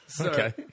Okay